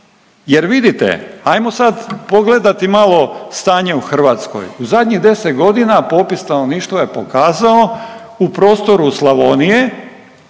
Jer vidite, ajmo sad pogledati malo stanje u Hrvatskoj, u zadnjih 10 godina popis stanovništva je pokazao u prostoru Slavonije